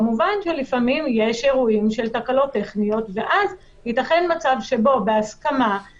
כמובן שלפעמים יש אירועים של תקלות טכניות ואז יתכן מצב שבו בהסכמה,